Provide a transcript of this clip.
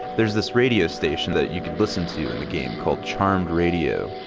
there's this radio station that you could listen to in the game called charmed radio.